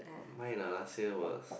mine ah last year was